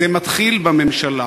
זה מתחיל בממשלה,